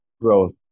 growth